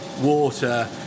water